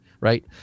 right